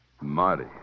Marty